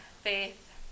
Faith